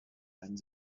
and